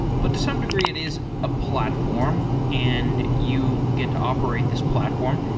but to some degree it is a platform and you get to operate this platform.